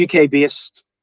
UK-based